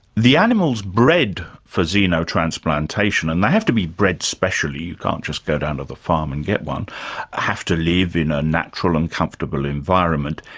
the animals bred for xenotransplantation and they have to be bred specially, you can't just go down to the farm and get one they have to live in a natural and comfortable environment.